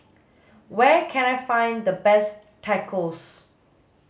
where can I find the best Tacos